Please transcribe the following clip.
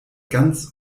ganz